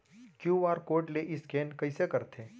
QR code ले scan कइसे करथे?